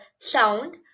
sound